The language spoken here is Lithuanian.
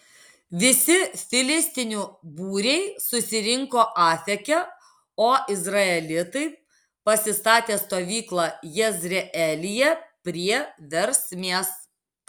visi filistinų būriai susirinko afeke o izraelitai pasistatė stovyklą jezreelyje prie versmės